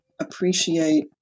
appreciate